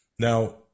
Now